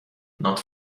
not